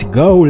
go